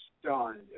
stunned